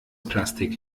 plastik